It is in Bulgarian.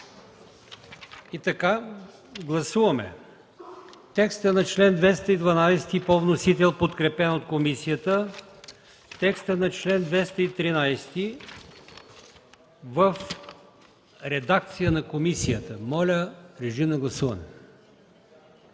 прието. Гласуваме текста на чл. 212 по вносител, подкрепен от комисията; текстът на чл. 213 в редакция на комисията. Моля, режим на гласуване.